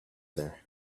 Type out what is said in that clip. there